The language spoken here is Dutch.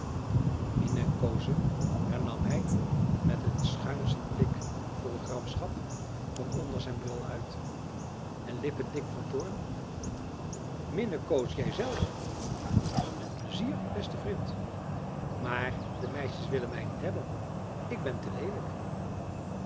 minnekoozen hernam hij met een schuinschen blik vol gramschap van onder zijn bril uit en lippen dik van toorn minnekoos jij zelf met pleizier beste vrind maar de meisjes willen mij niet hebben ik ben te leelijk